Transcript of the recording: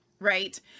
Right